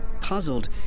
Puzzled